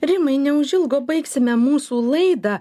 rimai neužilgo baigsime mūsų laidą